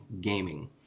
gaming